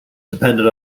depended